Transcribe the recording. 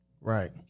Right